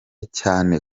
cyane